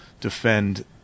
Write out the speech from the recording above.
defend